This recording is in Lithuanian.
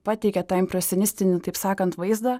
pateikė tą impresionistinį taip sakant vaizdą